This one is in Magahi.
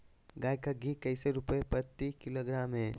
गाय का घी कैसे रुपए प्रति किलोग्राम है?